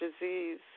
disease